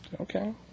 Okay